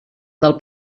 del